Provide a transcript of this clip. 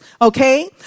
Okay